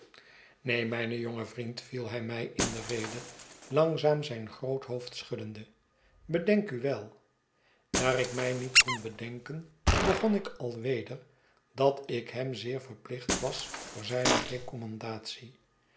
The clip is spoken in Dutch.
neen mijn jonge vriend viel hij mij in de rede langzaam zijn groot hoofd schuddende bedenk u wel daar ik mij niet kon bedenken begon ik alweder datik hem zeer verplicht was voor zijne